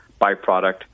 byproduct